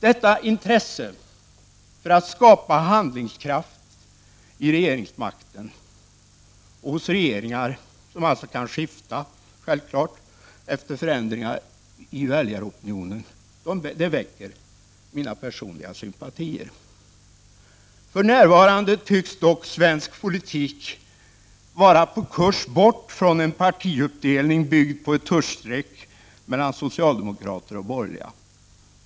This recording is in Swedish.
Detta intresse för att skapa handlingskraft i regeringsmakten hos regeringar, som självfallet kan skifta efter förändringar i väljaropinionen, väcker mina personliga sympatier. För närvarande tycks dock svensk politik vara på kurs bort från en partiuppdelning byggd på ett tuschstreck mellan socialdemokrater och borgerliga.